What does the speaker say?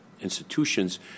institutions